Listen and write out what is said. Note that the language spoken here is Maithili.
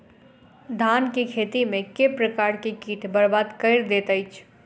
धान केँ खेती मे केँ प्रकार केँ कीट बरबाद कड़ी दैत अछि?